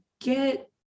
get